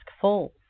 falls